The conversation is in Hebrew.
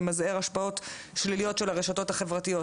למזער השפעות שליליות של הרשתות החברתיות.